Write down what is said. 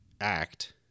act